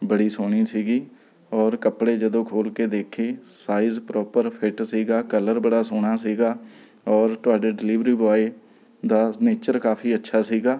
ਬੜੀ ਸੋਹਣੀ ਸੀਗੀ ਔਰ ਕੱਪੜੇ ਜਦੋ ਖੋਲ੍ਹ ਕੇ ਦੇਖੇ ਸਾਈਜ ਪਰੋਪਰ ਫਿੱਟ ਸੀਗਾ ਕਲਰ ਬੜਾ ਸੋਹਣਾ ਸੀਗਾ ਔਰ ਤੁਹਾਡੇ ਡਿਲੀਵਰੀ ਬੋਏ ਦਾ ਨੇਚਰ ਕਾਫ਼ੀ ਅੱਛਾ ਸੀਗਾ